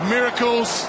Miracles